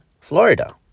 Florida